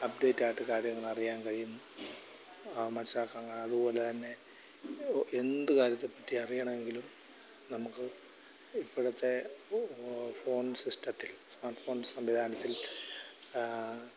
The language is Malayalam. അപ്ഡേറ്റ് ആയിട്ട് കാര്യങ്ങൾ അറിയാൻ കഴിയുന്നു മനസ്സിലാക്കാൻ അതുപോലെ തന്നെ ഇപ്പോൾ എന്ത് കാര്യത്തെ പറ്റി അറിയണമെങ്കിലും നമുക്ക് ഇപ്പോഴത്തെ ഫോൺ സിസ്റ്റത്തിൽ സ്മാർട്ട് ഫോൺ സംവിധാനത്തിൽ